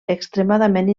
extremadament